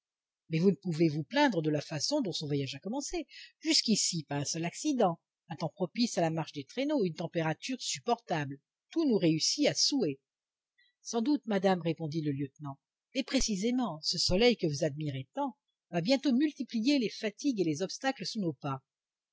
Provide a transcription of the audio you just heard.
mais vous ne pouvez vous plaindre de la façon dont ce voyage a commencé jusqu'ici pas un seul accident un temps propice à la marche des traîneaux une température supportable tout nous réussit à souhait sans doute madame répondit le lieutenant mais précisément ce soleil que vous admirez tant va bientôt multiplier les fatigues et les obstacles sous nos pas